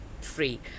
free